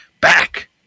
back